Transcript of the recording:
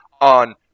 on